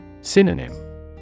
Synonym